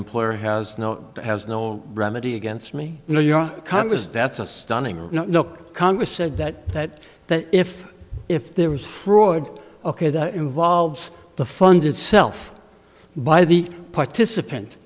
employer has no has no remedy against me you know you're congress that's a stunning look congress said that that that if if there was fraud ok that involves the fund itself by the participant